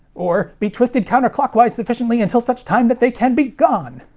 or, be twisted counterclockwise sufficiently until such time that they can be gone!